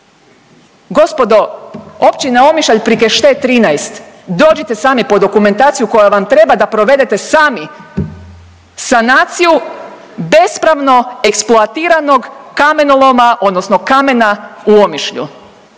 Gospodo, Općina Omišalj, Prikešte 13, dođite sami po dokumentaciju koja vam treba da provedete sami sanaciju bespravno eksploatiranog kamenoloma odnosno kamena u Omišlju.